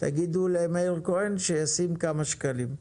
תגידו למאיר כהן שישים כמה שקלים.